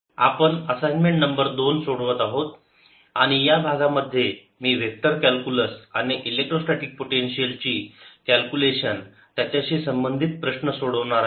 assignment 2 problems 5 11 आपण assignment number 2 सोडवत आहोत आणि या भागांमध्ये मी वेक्टर कॅलक्युलस आणि इलेक्ट्रोस्टॅटीक पोटेन्शियल ची कॅल्क्युलेशन त्याच्याशी संबंधित प्रश्न सोडवणार आहे